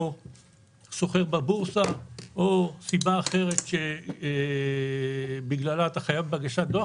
או סוחר בבורסה או סיבה אחרת שבגללה אתה חייב בהגשת דוח,